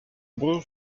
bon